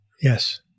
Yes